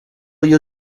you